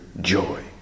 joy